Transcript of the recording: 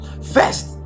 first